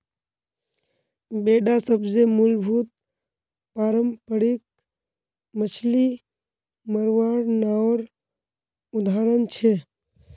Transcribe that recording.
बेडा सबसे मूलभूत पारम्परिक मच्छ्ली मरवार नावर उदाहरण छे